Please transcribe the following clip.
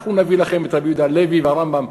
אנחנו נביא לכם את רבי יהודה הלוי והרמב"ם.